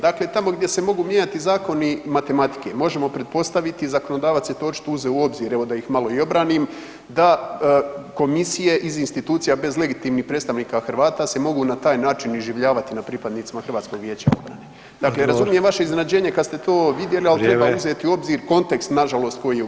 Dakle, tamo gdje se mogu mijenjati zakoni matematike možemo pretpostaviti i zakonodavac je to očito uzeo u obzir, evo da ih malo i obranim, da komisije iz institucija bez legitimnih predstavnika Hrvata se mogu na taj način iživljavati na pripadnicima HVO-a. dakle, razumijem vaše iznenađenje kada ste to vidjeli [[Upadica Sanader: Vrijeme.]] ali treba uzeti u obzir kontekst nažalost koji je u BiH.